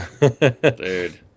Dude